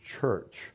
church